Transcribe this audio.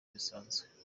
zisanzwe